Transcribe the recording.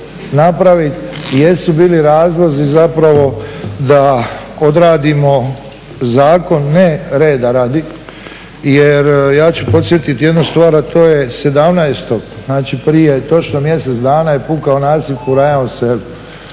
napraviti jesu bili razlozi zapravo da odradimo zakon ne reda radi. Jer ja ću podsjetiti jednu stvar a to je 17., znači prije točno mjesec dana je pukao nasip u Rajevom Selu,